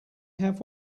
have